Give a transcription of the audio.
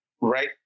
Right